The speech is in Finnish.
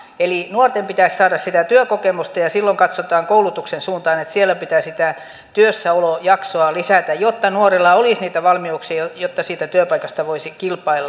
eli nuorten pitäisi saada sitä työkokemusta ja silloin katsotaan koulutuksen suuntaan että siellä pitää sitä työssäolojaksoa lisätä jotta nuorilla olisi niitä valmiuksia jotta siitä työpaikasta voisi kilpailla